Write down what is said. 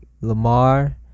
Lamar